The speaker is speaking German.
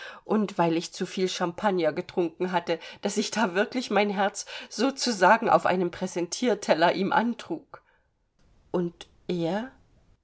und weil ich zu viel champagner getrunken hatte daß ich da wirklich mein herz so zu sagen auf einem präsentierteller ihm antrug und er